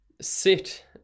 sit